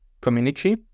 community